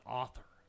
author